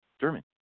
German